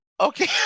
Okay